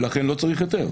ולכן לא צריך בשביל זה היתר.